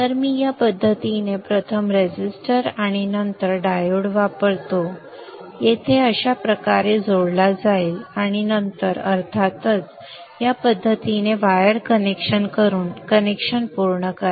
तर मी या पद्धतीने प्रथम रेझिस्टर आणि नंतर डायोड वापरतो जो येथे अशा प्रकारे जोडला जाईल आणि नंतर अर्थातच या पद्धतीने वायर कनेक्शन करून कनेक्शन पूर्ण करा